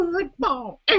football